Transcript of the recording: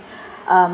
um